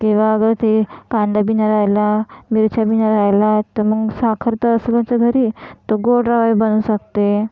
तेव्हा अगर ते कांदाबी नाही राहिला मिरच्याबी नाही राहिला तर मग साखर तर असेलच घरी तर गोड रवा बनवू शकते